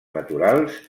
naturals